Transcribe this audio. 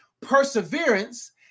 perseverance